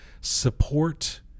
support